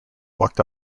walked